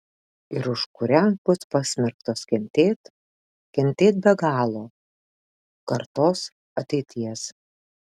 ir už kurią bus pasmerktos kentėt kentėt be galo kartos ateities